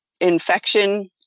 infection